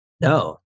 No